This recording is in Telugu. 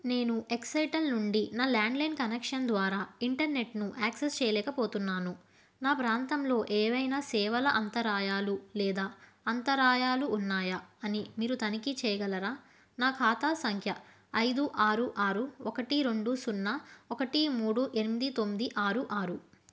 నేను ఎక్సైటెల్ నుండి నా ల్యాండ్లైన్ కనెక్షన్ ద్వారా ఇంటర్నెట్ను యాక్సెస్ చేయలేకపోతున్నాను నా ప్రాంతంలో ఏవైనా సేవల అంతరాయాలు లేదా అంతరాయాలు ఉన్నాయా అని మీరు తనిఖీ చేయగలరా నా ఖాతా సంఖ్య ఐదు ఆరు ఆరు ఒకటి రెండు సున్నా ఒకటి మూడు ఎనిమిది తొమ్మిది ఆరు ఆరు